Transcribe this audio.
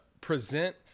present